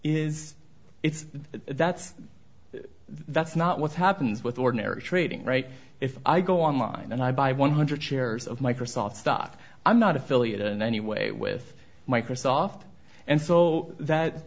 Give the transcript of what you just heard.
is it's that's that's not what happens with ordinary trading right if i go online and i buy one hundred shares of microsoft stock i'm not affiliated in any way with microsoft and so that